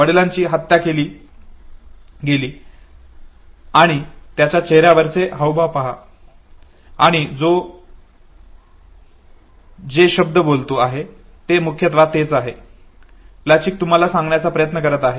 वडिलांची हत्या केली गेली आणि त्याच्या चेहऱ्यावरचे हावभाव पहा आणि तो जे शब्द बोलतो आहे ते मुख्यत तेच आहे जे प्लचिक तुम्हाला सांगण्याचा प्रयत्न करत आहे